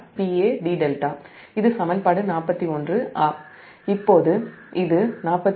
எனவே இது சமன்பாடு 41